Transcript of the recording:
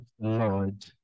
Lord